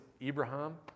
Abraham